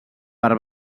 per